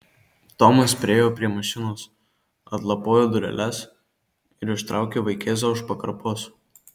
tomas priėjo prie mašinos atlapojo dureles ir ištraukė vaikėzą už pakarpos